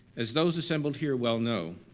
as those assembled here well know,